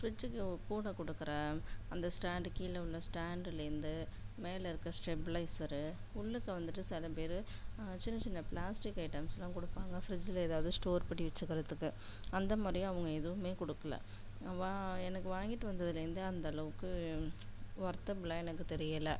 ஃப்ரிட்ஜுக்கு கூட கொடுக்குற அந்த ஸ்டாண்டு கீழே உள்ளே ஸ்டாண்டுலேந்து மேலே இருக்கற ஸ்டெப்லைசரு உள்ளுக்க வந்துட்டு சில பேர் சின்ன சின்ன பிளாஸ்டிக் ஐட்டம்ஸெலாம் கொடுப்பாங்க ஃப்ரிட்ஜில் ஏதாவது ஸ்டோர் பண்ணி வச்சுக்கறதுக்கு அந்தமாதிரியும் அவங்க எதுவுமே கொடுக்கல வா எனக்கு வாங்கிட்டு வந்ததுலேருந்து அந்த அளவுக்கு ஒர்த்தபுலாக எனக்கு தெரியலை